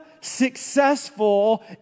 successful